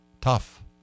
Tough